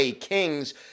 Kings